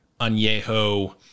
añejo